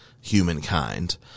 humankind